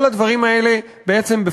כל הדברים האלה בעצם,